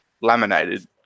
laminated